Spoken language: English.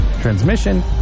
transmission